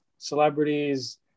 celebrities